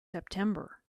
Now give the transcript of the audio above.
september